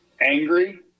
angry